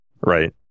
Right